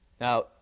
Now